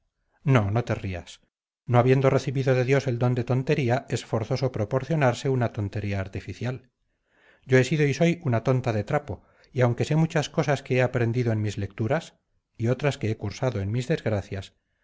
no no te rías no habiendo recibido de dios el don de tontería es forzoso proporcionarse una tontería artificial yo he sido y soy una tonta de trapo y aunque sé muchas cosas que he aprendido en mis lecturas y otras que he cursado en mis desgracias me revisto de una ignorancia deliciosa que es el encanto de mis